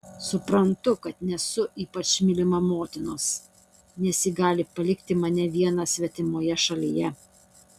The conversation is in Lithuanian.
suprantu kad nesu ypač mylima motinos nes ji gali palikti mane vieną svetimoje šalyje